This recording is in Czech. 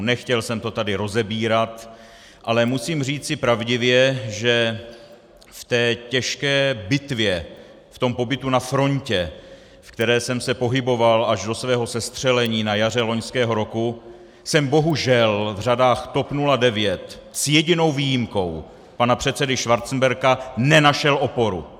Nechtěl jsem to tady rozebírat, ale musím říci pravdivě, že v té těžké bitvě, v tom pobytu na frontě, ve které jsem se pohyboval až do svého sestřelení na jaře loňského roku, jsem bohužel v řadách TOP 09 s jedinou výjimkou pana předsedy Schwarzenberga nenašel oporu.